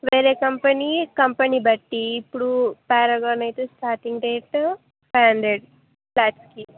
వేరే company company బట్టి ఇప్పుడు ప్యారగాన్ అయితే స్టార్టింగ్ రేట్ ఫైవ్ హండ్రెడ్ ఫ్లాట్కి